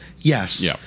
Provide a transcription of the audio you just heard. yes